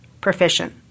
proficient